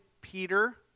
Peter